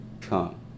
come